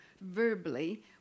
verbally